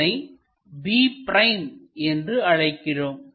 இதனை b' என்று அழைக்கிறோம்